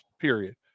period